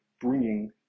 bringing